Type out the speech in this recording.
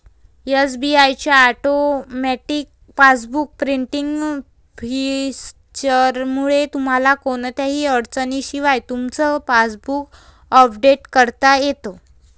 SBI च्या automatic passbook printing फीचरमुळे तुम्हाला कोणत्याही अडचणीशिवाय तुमचं पासबुक अपडेट करता येतं